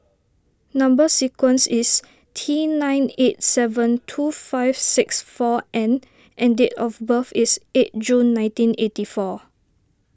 Number Sequence is T nine eight seven two five six four N and date of birth is eight June nineteen eighty four